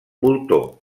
voltor